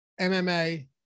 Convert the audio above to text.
MMA